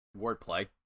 Wordplay